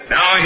Now